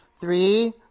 Three